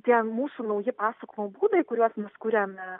tie mūsų nauji pasakojimo būdai kuriuos mes kuriame